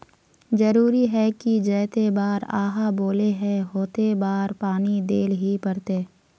जरूरी है की जयते बार आहाँ बोले है होते बार पानी देल ही पड़ते?